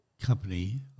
company